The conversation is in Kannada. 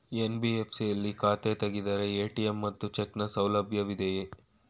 ಎನ್.ಬಿ.ಎಫ್.ಸಿ ಯಲ್ಲಿ ಖಾತೆ ತೆರೆದರೆ ಎ.ಟಿ.ಎಂ ಮತ್ತು ಚೆಕ್ ನ ಸೌಲಭ್ಯ ಇದೆಯಾ?